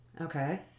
Okay